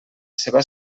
seva